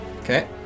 Okay